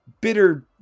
bitter